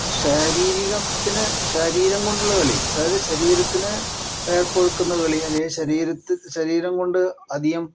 ശാരീരികത്തിന് ശരീരം കൊണ്ടുള്ള കളി അതായത് ശരീരത്തിന് വിയർപ്പൊഴുക്കുന്ന കളി അല്ലെങ്കിൽ ശരീരത്തിന് ശരീരം കൊണ്ട് അധികം